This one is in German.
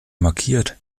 markiert